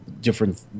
different